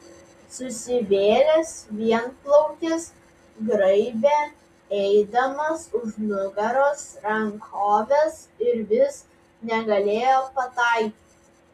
susivėlęs vienplaukis graibė eidamas už nugaros rankoves ir vis negalėjo pataikyti